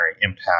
impact